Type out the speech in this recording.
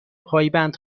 پایبند